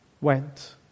went